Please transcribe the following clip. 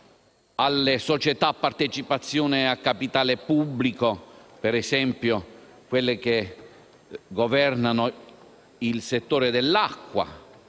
alle società a partecipazione di capitale pubblico, ad esempio quelle che governano il settore dell'acqua,